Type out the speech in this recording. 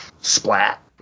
Splat